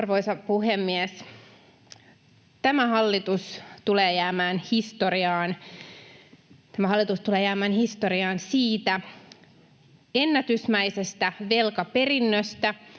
historiaan: tämä hallitus tulee jäämään historiaan siitä ennätysmäisestä velkaperinnöstä,